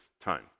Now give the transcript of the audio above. time